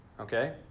Okay